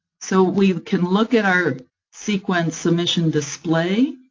so we can look at our sequence submission display.